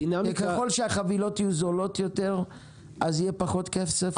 ככל שהחבילות יהיו זולות יותר אז יהיה פחות כסף להפקות מקור?